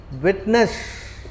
witness